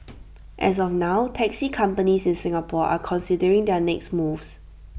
as of now taxi companies in Singapore are considering their next moves